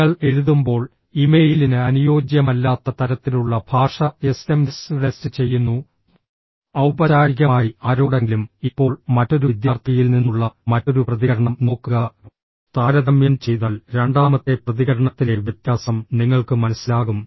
നിങ്ങൾ എഴുതുമ്പോൾ ഇമെയിലിന് അനുയോജ്യമല്ലാത്ത തരത്തിലുള്ള ഭാഷ എസ്എംഎസ് ടെക്സ്റ്റ് ചെയ്യുന്നു ഔപചാരികമായി ആരോടെങ്കിലും ഇപ്പോൾ മറ്റൊരു വിദ്യാർത്ഥിയിൽ നിന്നുള്ള മറ്റൊരു പ്രതികരണം നോക്കുക താരതമ്യം ചെയ്താൽ രണ്ടാമത്തെ പ്രതികരണത്തിലെ വ്യത്യാസം നിങ്ങൾക്ക് മനസ്സിലാകും